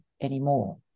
anymore